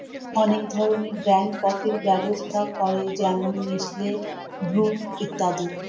অনেক ধরনের ব্র্যান্ড কফির ব্যবসা করে যেমন নেসলে, ব্রু ইত্যাদি